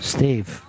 Steve